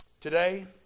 Today